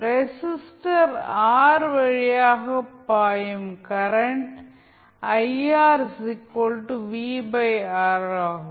resistor R வழியாக பாயும் current ஆகும்